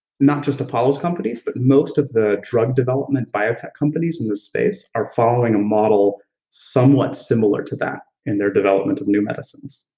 not just apollo company's, but most of the drug development biotech companies in this space are following a model somewhat similar to that in their development of new medicines.